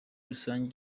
rusange